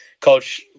coach